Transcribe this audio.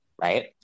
right